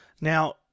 Now